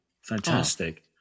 fantastic